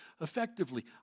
effectively